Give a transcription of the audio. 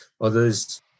others